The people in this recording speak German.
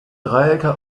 dreiecke